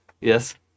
Yes